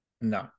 No